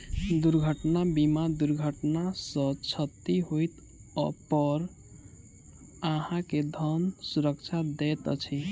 दुर्घटना बीमा दुर्घटना सॅ क्षति होइ पर अहाँ के धन सुरक्षा दैत अछि